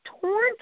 torn